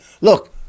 Look